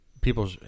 People